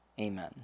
Amen